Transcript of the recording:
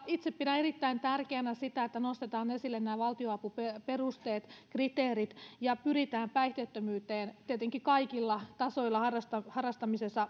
itse pidän erittäin tärkeänä sitä että nostetaan esille nämä valtionapuperusteet ja kriteerit ja pyritään päihteettömyyteen tietenkin kaikilla tasoilla harrastamisessa harrastamisessa